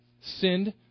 sinned